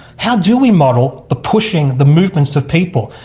how do we model the pushing, the movements of people?